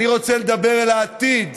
אני רוצה לדבר על העתיד.